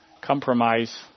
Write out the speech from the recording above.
compromise